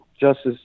justice